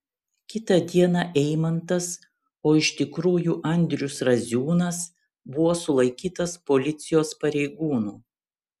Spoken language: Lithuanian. kitą dieną eimantas o iš tikrųjų andrius raziūnas buvo sulaikytas policijos pareigūnų